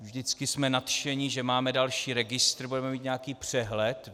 Vždycky jsme nadšeni, že máme další registr, budeme mít nějaký přehled.